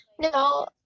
no